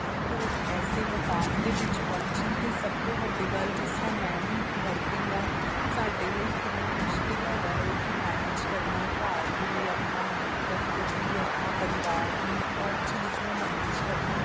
ਇੱਕ ਐਸੇ ਮੁਕਾਮ ਦੇ ਵਿੱਚ ਪਹੁੰਚੀ ਅਤੇ ਸਭ ਤੋਂ ਵੱਡੀ ਗੱਲ ਜਿਸ ਤਰ੍ਹਾਂ ਮੈਂ ਵੀ ਇੱਕ ਵਰਕਿੰਗ ਹਾਂ ਸਾਡੇ ਲਈ ਕਿੰਨਾ ਮੁਸ਼ਕਿਲ ਹੈਗਾ ਹੈ ਕਿ ਮੈਨੇਜ ਕਰਨਾ ਘਰ ਵੀ ਆਪਣਾ ਦਫ਼ਤਰ ਵੀ ਆਪਣਾ ਪਰਿਵਾਰ ਵੀ ਹਰ ਚੀਜ਼ ਨੂੰ ਮੈਨੇਜ ਕਰਨਾ